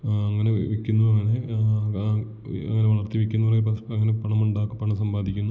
അങ്ങനെ വിൽക്കുന്നു അങ്ങനെ അങ്ങനെ വളർത്തി വിൽക്കുന്നു എന്ന് പറയുമ്പം അങ്ങനെ പണം പണം സമ്പാദിക്കുന്നു